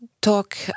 talk